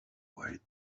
wait